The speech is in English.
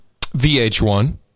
VH1